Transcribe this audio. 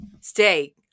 stay